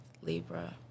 Libra